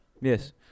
Yes